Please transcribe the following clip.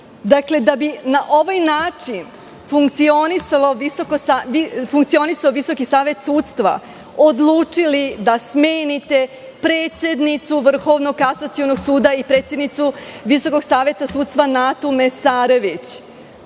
cilju, da bi na ovaj način funkcionisao Visoki savet sudstva, odlučili da smenite predsednicu Vrhovnog kasacionog suda i predsednicu Visokog saveta sudstva Natu Mesarović?